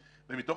ומשטרה,